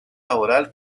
laboral